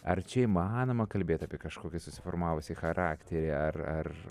ar čia įmanoma kalbėti apie kažkokį susiformavusį charakterį ar ar